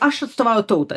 aš atstovauju tautą